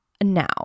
Now